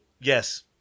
Yes